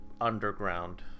underground